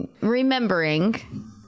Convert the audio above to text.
remembering